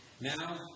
Now